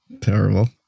terrible